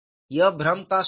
यह भ्रम का सोर्स है